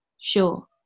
Sure